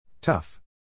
Tough